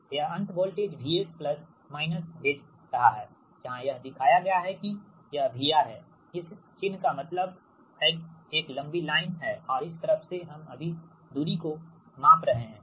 यह अंत voltage VS plus minus भेज रहा है जहां यह दिखाया गया है कि यह VR है इस चिन्ह का मतलब मतलब है एक लंबी लाइन है और इस तरफ से हम अभी दूरी को माप रहे हैं